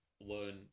learn